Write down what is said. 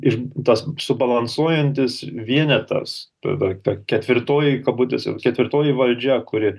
ir tas subalansuojantis vienetas tada ta ketvirtoji kabutėse jau ketvirtoji valdžia kuri